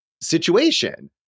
situation